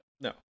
no